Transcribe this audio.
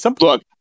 Look